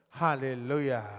Hallelujah